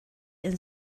and